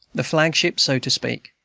the flagship, so to speak,